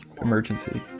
Emergency